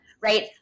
right